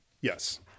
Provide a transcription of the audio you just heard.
Yes